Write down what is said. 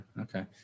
Okay